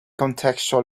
contextual